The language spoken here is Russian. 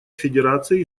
федерация